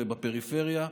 ובפריפריה,